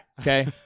Okay